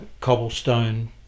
Cobblestone